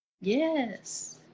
Yes